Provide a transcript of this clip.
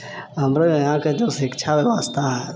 हमरऽ इहाँके जे शिक्षा बेबस्था हइ